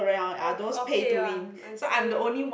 all pay all pay one I see